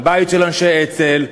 בית של אנשי אצ"ל,